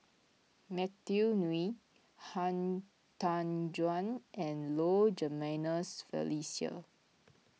Matthew Ngui Han Tan Juan and Low Jimenez Felicia